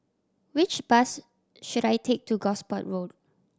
which bus should I take to Gosport Road